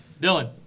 Dylan